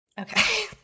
Okay